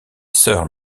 sir